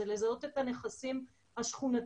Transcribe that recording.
זה לזהות את הנכסים השכונתיים,